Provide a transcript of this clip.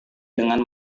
dengan